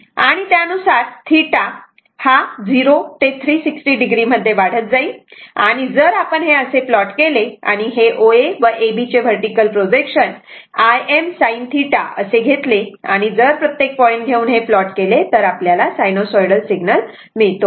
आणि त्यानुसार θ हा 0 ते 360 o मध्ये वाढत जाईल आणि जर आपण हे असे प्लॉट केले आणि हे OA व AB चे वर्टीकल प्रोजेक्शन m sin θ असे घेतले आणि जर प्रत्येक पॉईंट घेऊन हे प्लॉट केले तर आपल्याला सायनोसॉइडल सिग्नल मिळतो